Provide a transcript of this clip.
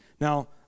Now